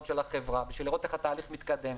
של החברה בשביל לראות איך התהליך מתקדם,